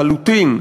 לחלוטין,